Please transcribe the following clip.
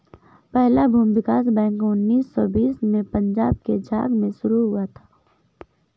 पहला भूमि विकास बैंक उन्नीस सौ बीस में पंजाब के झांग में शुरू हुआ था